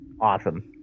awesome